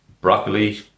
broccoli